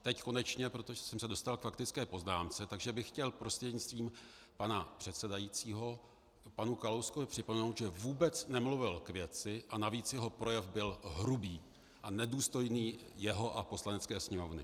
Teď konečně, protože jsem se dostal k faktické poznámce, takže bych chtěl prostřednictvím pana předsedajícího panu Kalouskovi připomenout, že vůbec nemluvil k věci, a navíc jeho projev byl hrubý a nedůstojný jeho a Poslanecké sněmovny.